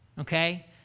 okay